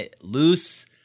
loose